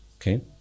Okay